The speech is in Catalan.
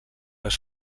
les